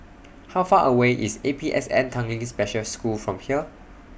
How Far away IS A P S N Tanglin Special School from here